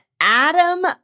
Adam